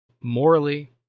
morally